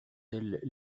elles